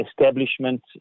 establishment